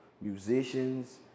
musicians